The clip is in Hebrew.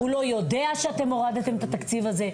הוא לא יודע שאתם הורדתם את התקציב הזה,